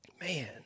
Man